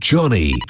Johnny